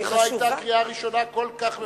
לא היתה קריאה ראשונה כל כך מפורטת.